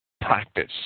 practice